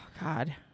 God